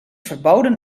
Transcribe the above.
verboden